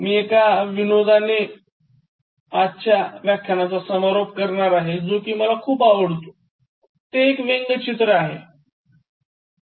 मी एका विनोदाने आजच्या या व्यख्यानाचा समारोप करणार आहे जो कि मला खूप आवडला ते एक व्यंगचित्र आहे